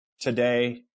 today